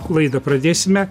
laidą pradėsime